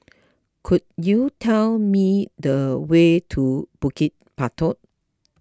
could you tell me the way to Bukit Batok